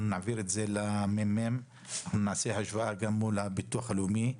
אנחנו נעביר את זה ל-ממ"מ ונשווה גם מול הביטוח הלאומי.